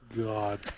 God